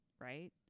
right